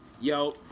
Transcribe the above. Yo